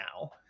now